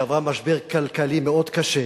שעברה משבר כלכלי מאוד קשה,